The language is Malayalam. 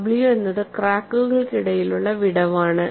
w എന്നത് ക്രാക്കുകൾക്കിടയിലുള്ള വിടവാണ്